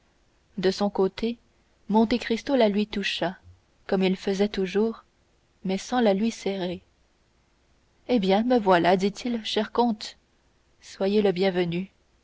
de son côté monte cristo la lui toucha comme il faisait toujours mais sans la lui serrer eh bien me voilà dit-il cher comte soyez le bienvenu